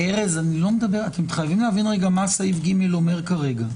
ארז, אתם חייבים להבין מה סעיף (ג) אומר כרגע.